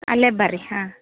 ಅಲ್ಲೇ ಬನ್ರಿ ಹಾಂ